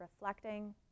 reflecting